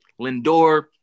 Lindor